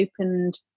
opened